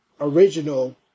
original